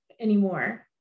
anymore